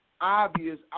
obvious